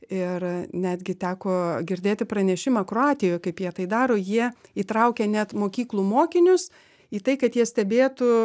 ir netgi teko girdėti pranešimą kroatijoj kaip jie tai daro jie įtraukia net mokyklų mokinius į tai kad jie stebėtų